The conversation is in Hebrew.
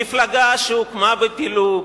מפלגה שהוקמה בפילוג,